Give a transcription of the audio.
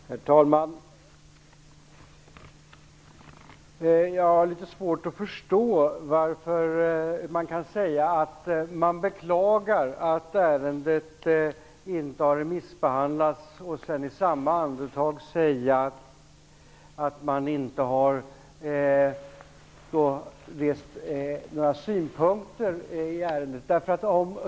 Herr talman! Jag har litet svårt att förstå hur man kan beklaga att ärendet inte har remissbehandlats och i samma andetag säga att inga invändningar har rests i ärendet.